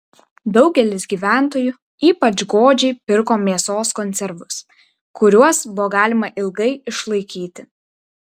daugelis gyventojų ypač godžiai pirko mėsos konservus kuriuos buvo galima ilgai išlaikyti